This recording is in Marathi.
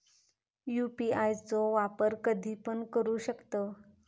यू.पी.आय चो वापर कधीपण करू शकतव?